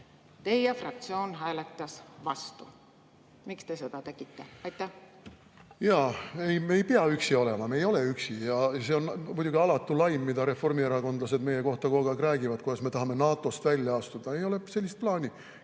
Teie fraktsioon hääletas vastu. Miks te seda tegite? Aitäh,